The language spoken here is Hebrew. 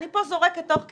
אני פה זורקת תוך כדי.